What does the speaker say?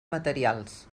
materials